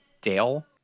dale